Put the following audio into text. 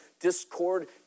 discord